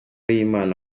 y’imana